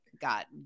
got